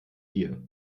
dir